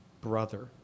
brother